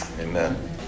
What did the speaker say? Amen